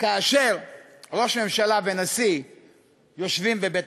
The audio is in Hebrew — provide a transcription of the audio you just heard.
כאשר ראש ממשלה ונשיא יושבים בבית-הסוהר.